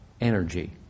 Energy